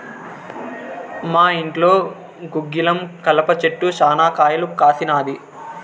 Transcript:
మా ఇంట్లో గుగ్గిలం కలప చెట్టు శనా కాయలు కాసినాది